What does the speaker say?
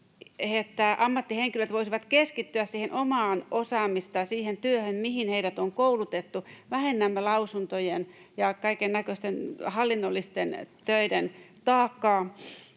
että ammattihenkilöt voisivat keskittyä siihen työhön, mihin heidät on koulutettu. Vähennämme lausuntojen ja kaikennäköisten hallinnollisten töiden taakkaa